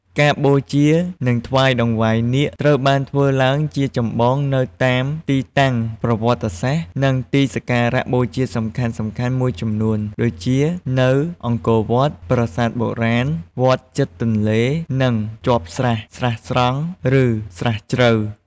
ការបូជា និងថ្វាយតង្វាយនាគត្រូវបានធ្វើឡើងជាចម្បងនៅតាមទីតាំងប្រវត្តិសាស្ត្រ និងទីសក្ការៈបូជាសំខាន់ៗមួយចំនួន ដូចជា នៅអង្គរវត្ត ប្រាសាទបុរាណ វត្តជិតទន្លេនិងជាប់ស្រះ ស្រះស្រង់ ឬ ស្រះជ្រៅ។